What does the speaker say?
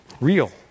real